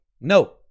no